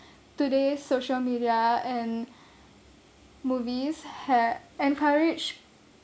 today social media and movies have encourage